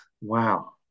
Wow